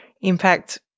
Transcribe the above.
impact